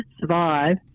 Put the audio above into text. survive